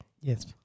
Yes